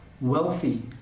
wealthy